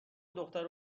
دختر